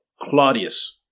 Claudius